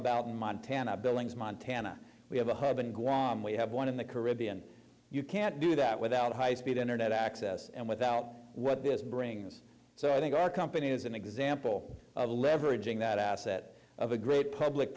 in montana billings montana we have a hub and grom we have one in the caribbean you can't do that without high speed internet access and without what this brings so i think our company is an example of leveraging that asset of a great public